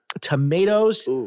tomatoes